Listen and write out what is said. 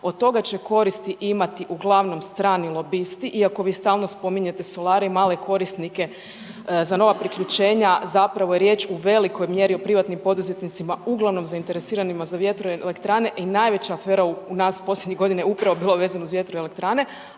Od toga će koristi imati uglavnom strani lobisti, iako vi stalno spominjete solare i male korisnike za nova priključenja zapravo je riječ u velikoj mjeri o privatnim poduzetnicima uglavnom zainteresiranima za vjetroelektrane i najveća afera u nas posljednjih godina je upravo bila vezano uz vjetroelektrane.